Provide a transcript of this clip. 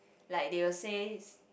like they will say s~